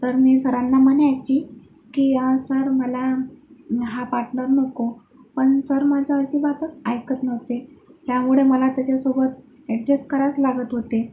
तर मी सरांना म्हणायची की आज सर मला हा पार्टनर नको पण सर माझं अजिबातच ऐकत नव्हते त्यामुळे मला त्याच्यासोबत ॲडजेस्ट करावेच लागत होते